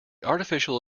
artificial